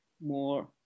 more